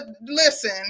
listen